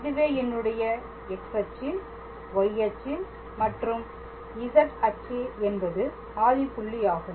இதுவே என்னுடைய X அச்சு Y அச்சு மற்றும் Z அச்சு என்பது ஆதி புள்ளி ஆகும்